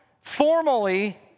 formally